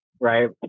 right